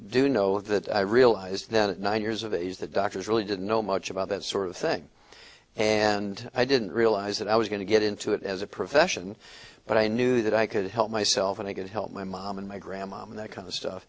do know that i realized that at nine years of age the doctors really didn't know much about that sort of thing and i didn't realize that i was going to get into it as a profession but i knew that i could help myself and get help my mom and my grandma and that kind of stuff